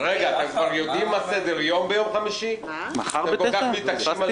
אתם כבר יודעים מה סדר היום ביום חמישי שאתם כל כך מתעקשים על